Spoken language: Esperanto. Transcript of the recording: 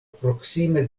proksime